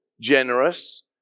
generous